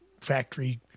factory